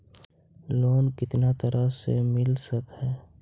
Loan कितना तरह से मिल सक है?